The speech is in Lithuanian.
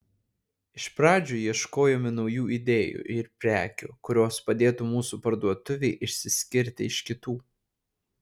iš pradžių ieškojome naujų idėjų ir prekių kurios padėtų mūsų parduotuvei išsiskirti iš kitų